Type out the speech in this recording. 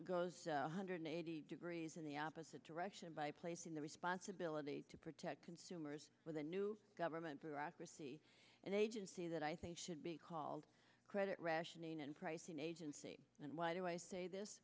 goes one hundred eighty degrees in the opposite direction by placing the responsibility to protect consumers with a new government bureaucracy and agency that i think should be called credit rationing and pricing agency and why do i say this